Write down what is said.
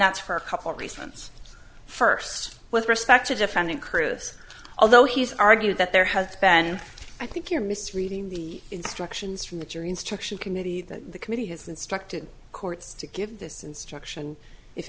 that's for a couple of reasons first with respect to defending crudes although he's argued that there has been and i think you're misreading the instructions from the jury instruction committee that the committee has instructed courts to give this instruction if